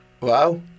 wow